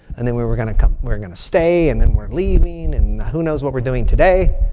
and then we were going to come. we were going to stay. and then we're leaving. and who knows what we're doing today.